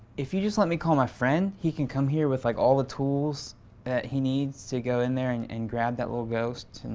if you just let me call my friend, he can come here with like all the tools that he needs to go in there and and grab that little ghost.